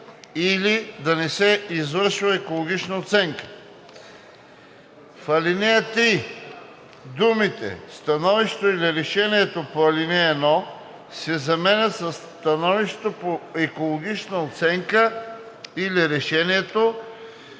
или да не се извършва екологична оценка“. 2. В ал. 3 думите „становището или решението по ал. 1“ се заменят със „становището по екологична оценка или решението,